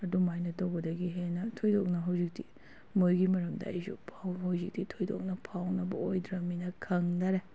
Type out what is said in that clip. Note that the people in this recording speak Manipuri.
ꯑꯗꯨꯃꯥꯏꯅ ꯇꯧꯕꯗꯒ ꯍꯦꯟꯅ ꯊꯣꯏꯗꯣꯛꯅ ꯍꯧꯖꯤꯛꯇꯤ ꯃꯣꯏꯒꯤ ꯃꯔꯝꯗ ꯑꯩꯁꯨ ꯍꯧꯖꯤꯛꯇꯤ ꯊꯣꯏꯗꯣꯛꯅ ꯐꯥꯎꯅꯕ ꯑꯣꯏꯔ꯭ꯝꯅꯤꯅ ꯈꯪꯗꯔꯦ